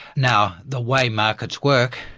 now the way markets work,